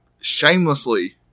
shamelessly